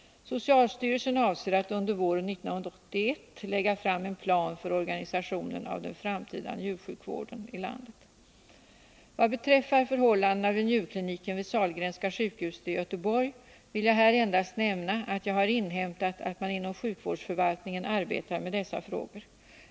Socialstyrelsen avser att under våren 1981 lägga fram en plan för organisationen av den framtida njursjukvården i landet. Vad beträffar förhållandena vid njurkliniken vid Sahlgrenska sjukhuset i Göteborg vill jag här endast nämna att jag har inhämtat att man inom sjukvårdsförvaltningen arbetar med dessa frågor.